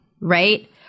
right